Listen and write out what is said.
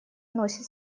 носит